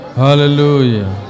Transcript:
hallelujah